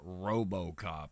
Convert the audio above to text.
robocop